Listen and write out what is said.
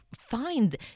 find